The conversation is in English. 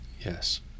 Yes